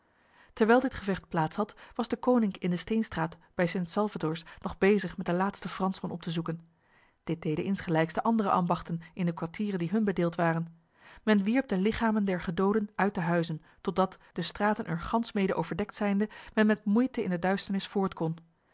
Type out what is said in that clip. terwijl dit gevecht plaats had was deconinck in de steenstraat bij st salvators nog bezig met de laatste fransman op te zoeken dit deden insgelijks de andere ambachten in de kwartieren die hun bedeeld waren men wierp de lichamen der gedoden uit de huizen totdat de straten er gans mede overdekt zijnde men met moeite in de duisternis